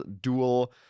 dual